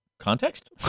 context